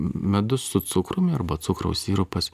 medus su cukrumi arba cukraus sirupas